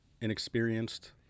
inexperienced